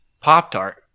Pop-Tart